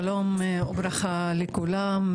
שלום וברכה לכולם,